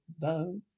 No